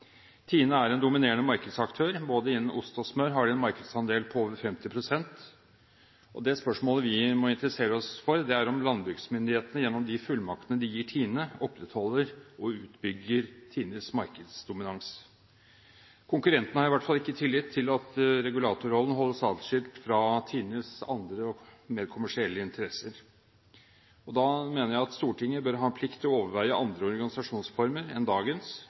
TINE er en dominerende markedsaktør. Både innen ost og smør har de en markedsandel på over 50 pst. Det spørsmålet vi må interessere oss for, er om landbruksmyndighetene gjennom de fullmaktene de gir TINE, opprettholder og utbygger TINEs markedsdominans. Konkurrentene har i hvert fall ikke tillit til at regulatorrollen holdes atskilt fra TINEs andre, og mer kommersielle, interesser. Da mener jeg at Stortinget bør ha en plikt til å overveie andre organisasjonsformer enn dagens,